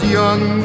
young